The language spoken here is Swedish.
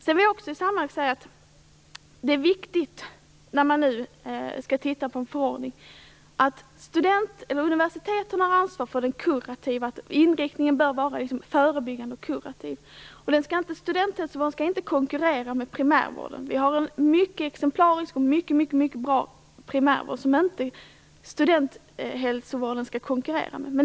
Jag vill i sammanhanget också säga att det är viktigt, när man nu skall titta på förordningen, att universiteten har ansvar för att inriktningen bör vara förebyggande och kurativ. Studenthälsovården skall inte konkurrera med primärvården. Vi har en mycket exemplarisk och mycket bra primärvård som studenthälsovården inte skall konkurrera med.